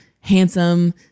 handsome